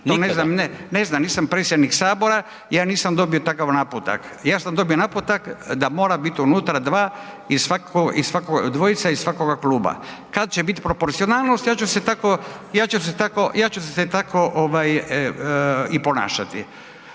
to ne znam, nisam predsjednik Sabora, ja nisam dobio takav naputak. Ja sam dobio naputak da mora biti unutra 2 iz svakoga kluba. Kada će biti proporcionalnost ja ću se tako i ponašati,